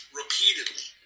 repeatedly